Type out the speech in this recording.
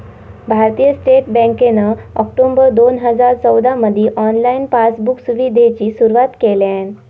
भारतीय स्टेट बँकेन ऑक्टोबर दोन हजार चौदामधी ऑनलाईन पासबुक सुविधेची सुरुवात केल्यान